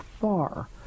far